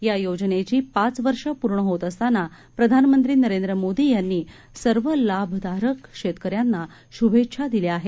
या योजनेची पाच वर्ष पूर्ण होत असताना प्रधानमंत्री नरेंद्र मोदी यांनी सर्व लाभधारक शेतकऱ्यांना शुभेच्छा दिल्या आहेत